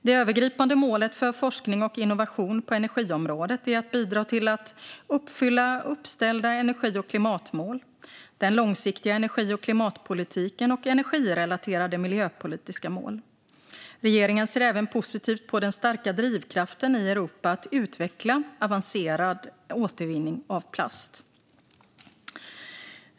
Det övergripande målet för forskning och innovation på energiområdet är att bidra till att uppfylla uppställda energi och klimatmål, den långsiktiga energi och klimatpolitiken och energirelaterade miljöpolitiska mål. Regeringen ser även positivt på den starka drivkraften i Europa att utveckla avancerad återvinning av plast.